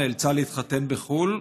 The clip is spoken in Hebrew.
נאלצה להתחתן בחו"ל,